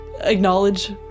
acknowledge